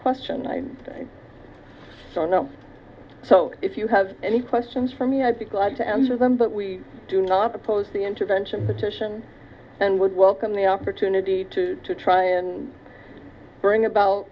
question i think so if you have any questions for me i'd be glad to answer them but we do not oppose the intervention petition and would welcome the opportunity to try and bring about